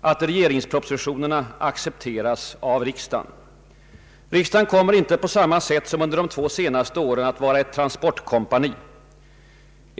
att regeringspropositionerna accepteras av riksdagen. Riksdagen kommer inte att på samma sätt som under de två senaste åren vara ett transportkompani.